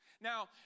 Now